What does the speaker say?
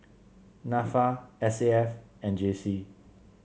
NAFA S A F and J C